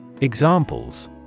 Examples